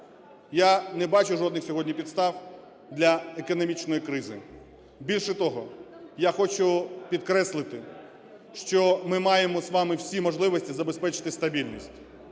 я не бачу жодних сьогодні підстав для економічної кризи. Більше того, я хочу підкреслити, що ми маємо з вами всі можливості забезпечити стабільність